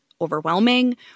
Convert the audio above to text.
overwhelming